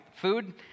Food